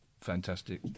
fantastic